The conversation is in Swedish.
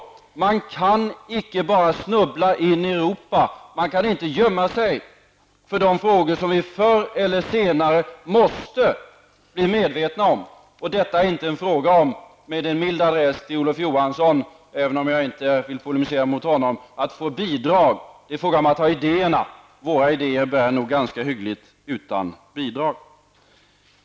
Man kan icke bara snubbla in i Europa. Man kan inte gömma sig för de frågor som vi förr eller senare måste bli medvetna om. Och detta är inte en fråga om, med en mild adress till Olof Johansson, även om jag inte vill polemisera mot honom, att få bidrag, utan det är fråga om att ha idéerna. Våra idéer bär nog ganska hyggligt utan bidrag.